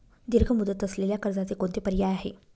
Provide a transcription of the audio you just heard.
दीर्घ मुदत असलेल्या कर्जाचे कोणते पर्याय आहे?